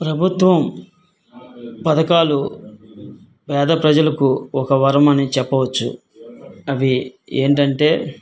ప్రభుత్వం పథకాలు పేద ప్రజలకు ఒక వరమని చెప్పవచ్చు అవి ఏంటంటే